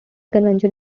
convention